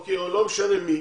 או לא משנה מי,